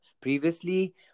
Previously